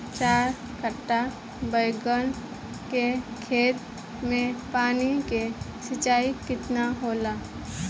चार कट्ठा बैंगन के खेत में पानी के सिंचाई केतना होला?